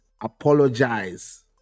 apologize